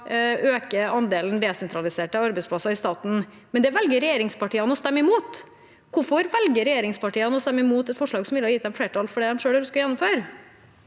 å øke andelen desentraliserte arbeidsplasser i staten, men det velger regjeringspartiene å stemme imot. Hvorfor velger regjeringspartiene å stemme imot et forslag som ville ha gitt dem flertall for det de selv ønsker å gjennomføre?